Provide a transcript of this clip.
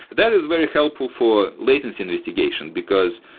that is very helpful for latency investigation, because,